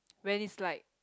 when it's like